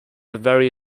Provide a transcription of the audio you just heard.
very